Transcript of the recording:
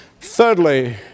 Thirdly